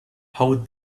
how